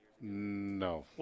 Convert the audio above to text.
No